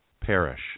perish